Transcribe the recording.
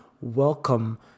welcome